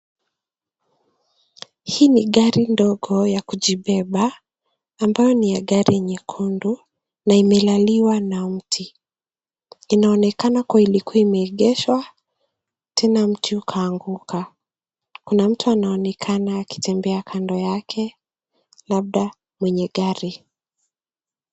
Hii ni gari ndogo ya kujibeba ambayo ni ya gari nyekundu na imelaliwa na miti inaonekana kuwa kweli ilikua imeegeshwa tena mti ukianguka. Kuna mtu anaonekana akitembea kando Yake labda mwenye gari